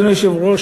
אדוני היושב-ראש,